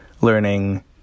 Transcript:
learning